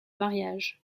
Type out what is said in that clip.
mariage